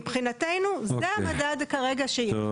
מבחינתנו, זה המדד כרגע שיש.